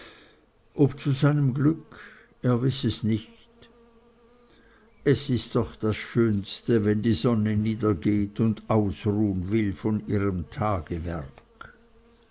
ob zu seinem glück er wiß es nicht es ist doch das schönste wenn die sonne niedergeht und ausruhen will von ihrem tagewerk